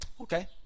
Okay